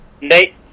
Nate